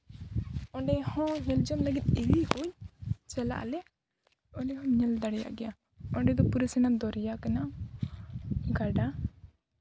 ᱚᱸᱰᱮ ᱦᱚᱸ ᱧᱮᱞ ᱡᱚᱝ ᱞᱟᱹᱜᱤᱫ ᱤᱫᱤ ᱠᱚᱣᱟᱧ ᱪᱟᱞᱟᱜ ᱟᱞᱮ ᱚᱸᱰᱮ ᱦᱚᱸ ᱧᱮᱞ ᱫᱟᱲᱮᱭᱟᱜ ᱜᱮᱭᱟ ᱚᱸᱰᱮ ᱫᱚ ᱯᱩᱨᱟᱹ ᱥᱟᱱᱟᱢ ᱫᱚᱨᱭᱟ ᱠᱟᱱᱟ ᱜᱟᱰᱟ